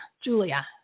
Julia